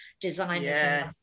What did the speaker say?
designers